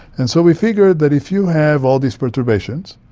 and so we figured that if you have all these perturbations,